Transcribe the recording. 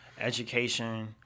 education